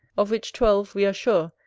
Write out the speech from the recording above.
of which twelve, we are sure,